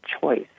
choice